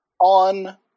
on